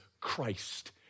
Christ